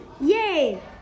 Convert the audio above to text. yay